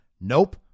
Nope